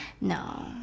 No